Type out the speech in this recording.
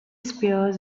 spears